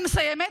אני מסיימת.